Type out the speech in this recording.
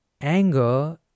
anger